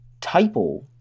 typo